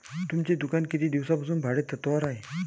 तुमचे दुकान किती दिवसांपासून भाडेतत्त्वावर आहे?